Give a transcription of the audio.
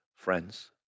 Friends